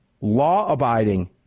law-abiding